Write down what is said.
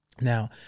Now